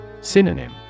Synonym